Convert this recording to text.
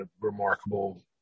remarkable